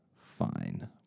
fine